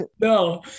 No